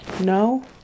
no